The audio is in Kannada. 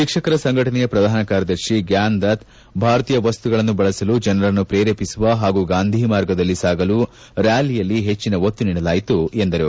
ಶಿಕ್ಷಕರ ಸಂಘಟನೆಯ ಪ್ರಧಾನ ಕಾರ್ಯದರ್ಶಿ ಗ್ಲಾನ್ ದತ್ ಭಾರತೀಯ ವಸ್ತುಗಳನ್ನು ಬಳಸಲು ಜನರನ್ನು ಪ್ರೇರೇಪಿಸುವ ಹಾಗೂ ಗಾಂಧಿ ಮಾರ್ಗದಲ್ಲಿ ಸಾಗಲು ರ್ಖಾಲಿಯಲ್ಲಿ ಹೆಚ್ಚಿನ ಒತ್ತು ನೀಡಲಾಯಿತು ಎಂದರು